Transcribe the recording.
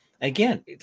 again